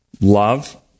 Love